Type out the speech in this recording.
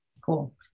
Cool